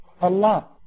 Allah